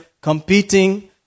competing